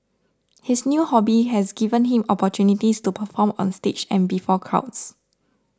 his new hobby has given him opportunities to perform on stage and before crowds